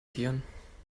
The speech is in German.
tieren